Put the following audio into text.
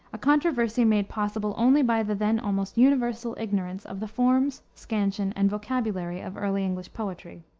a controversy made possible only by the then almost universal ignorance of the forms, scansion, and vocabulary of early english poetry.